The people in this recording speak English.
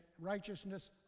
righteousness